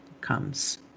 comes